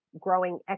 growing